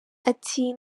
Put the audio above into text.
ati